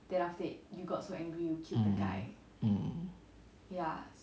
mm mm